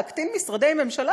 להקטין משרדי ממשלה?